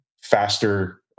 faster